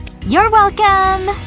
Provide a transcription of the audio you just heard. you're welcome!